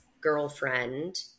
girlfriend